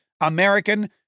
American